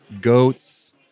goats